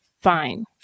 fine